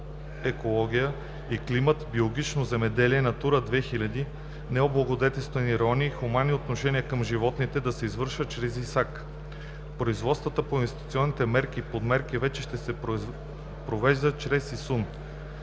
агроекология и климат, биологично земеделие, Натура 2000, необлагодетелствани райони и хуманно отношение към животните да се извършват чрез ИСАК. Производствата по инвестиционните мерки и подмерки вече ще се провеждат чрез ИСУН.